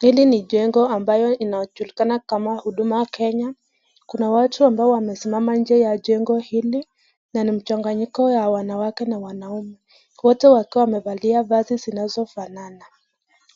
Hili ni jengo ambayo inajulikana kama huduma Kenya. Kuna watu ambao wamesimama nje ya jengo hili na ni mchanganyiko ya wanawake na wanaume. Wote wakiwa wamevalia vazi zinazofanana.